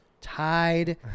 tied